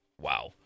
wow